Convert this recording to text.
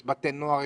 יש בתי נוער,